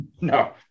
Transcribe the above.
No